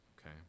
Okay